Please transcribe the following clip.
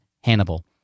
Hannibal